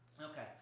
Okay